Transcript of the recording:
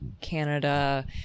Canada